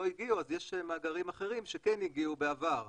הגיעו אז יש מאגרים אחרים שכן הגיעו בעבר.